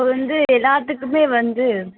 இப்போ வந்து எல்லாத்துக்குமே வந்து